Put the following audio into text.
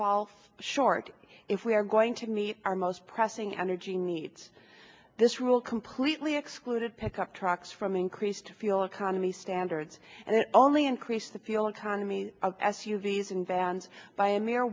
fall short if we are going to meet our most pressing energy needs this rule completely excluded pickup trucks from increased fuel economy standards and it only increased the fuel economy of s u v s and vans by a mere